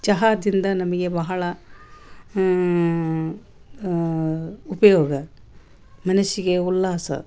ಚಹಾದಿಂದ ನಮಗೆ ಬಹಳ ಉಪಯೋಗ ಮನಷ್ಯನಿಗೆ ಉಲ್ಲಾಸ